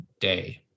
day